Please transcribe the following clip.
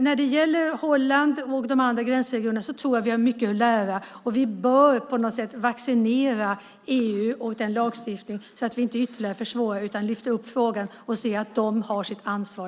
När det gäller Holland och andra länder med gränsregioner har vi mycket att lära, och vi bör på något sätt vaccinera EU och dess lagstiftning så att vi inte ytterligare försvårar utan lyfter fram frågan så att alla tar sitt ansvar.